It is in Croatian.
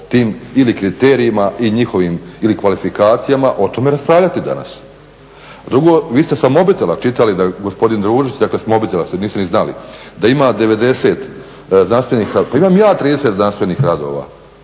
tim ili kriterijima i njihovim ili kvalifikacijama o tome raspravljati danas. Drugo, vi ste sa mobitela čitali da je gospodin Družić, dakle s mobitela ste, niste ni znali, da ima 90 znanstvenih radova. Pa imam i ja 30 znanstvenih radova,